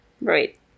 Right